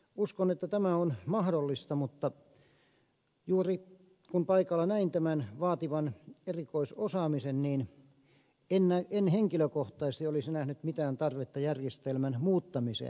uskon että tämä on mahdollista mutta juuri kun paikalla näin tämän vaativan erikoisosaamisen niin en henkilökohtaisesti olisi nähnyt mitään tarvetta järjestelmän muuttamiseen